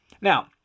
Now